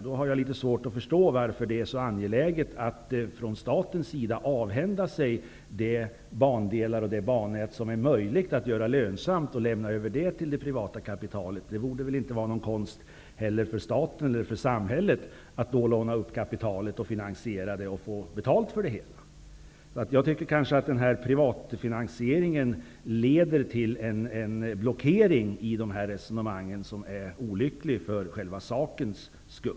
Då har jag litet svårt att förstå varför det är så angeläget att staten avhänder sig de bandelar och det bannät som är möjligt att göra lönsamt och lämnar över det till det privata kapitalet. Det borde inte vara någon konst för staten eller samhället att låna upp kapitalet och finansiera detta och sedan få betalt för det hela. Jag tycker att privatfinansieringen leder till en blockering i resonemangen som är olycklig för själva saken.